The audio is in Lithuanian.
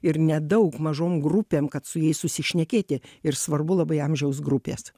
ir nedaug mažom grupėm kad su jais susišnekėti ir svarbu labai amžiaus grupės